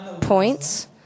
points